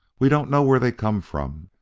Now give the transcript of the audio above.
we don't know where they come from,